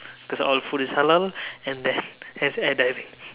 cause all food is halal and then there's air diving